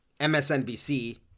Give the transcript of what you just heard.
MSNBC